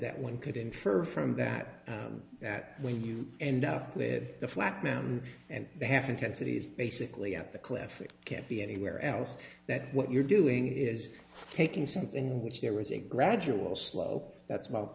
that one could infer from that that when you end up with the flat ground and the half intensity is basically at the cliff it can't be anywhere else that what you're doing is taking something which there was a gradual slope that